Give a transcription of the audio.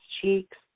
cheeks